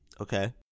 Okay